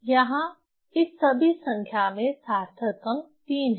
यहां इस सभी संख्या में सार्थक अंक 3 है